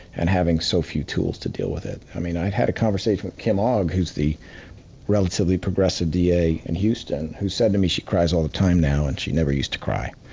and having so few tools to deal with it. i mean, i had a conversation with kim ogg who's the relatively progressive da in houston, who said to me, she cries all the time now, and she never used to cry.